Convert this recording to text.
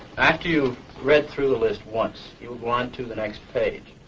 after you read through the list once, you will go on to the next page.